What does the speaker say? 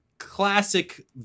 Classic